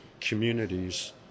communities